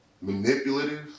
manipulative